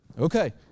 Okay